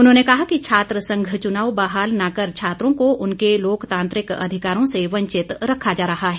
उन्होंने कहा कि छात्र संघ चुनाव बहाल न कर छात्रों को उनके लोकतांत्रिक अधिकारों से वंचित रखा जा रहा है